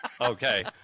Okay